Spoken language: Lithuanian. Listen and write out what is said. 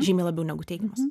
žymiai labiau negu teigiamos